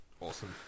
Awesome